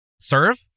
serve